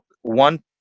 one